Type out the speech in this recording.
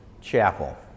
chapel